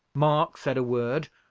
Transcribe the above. mark said a word,